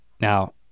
Now